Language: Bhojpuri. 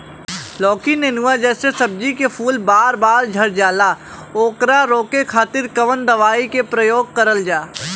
लौकी नेनुआ जैसे सब्जी के फूल बार बार झड़जाला ओकरा रोके खातीर कवन दवाई के प्रयोग करल जा?